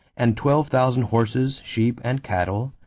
and twelve thousand horses, sheep, and cattle,